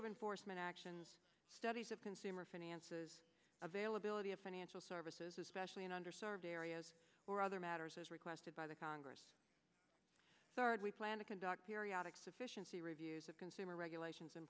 of enforcement actions studies of consumer finances availability of financial services especially in under served areas or other matters as requested by the congress hard we play conduct periodic sufficiency reviews of consumer regulations